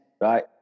right